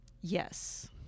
Yes